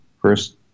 first